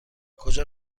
کجا